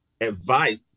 Advice